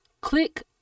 Click